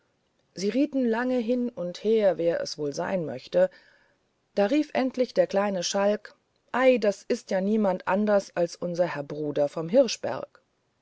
sie rieten lange hin und her wer es wohl sein möchte da rief endlich der kleine schalk ei das ist ja niemand anders als unser herr bruder von hirschberg